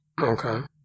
Okay